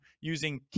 using